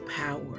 power